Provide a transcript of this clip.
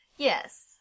Yes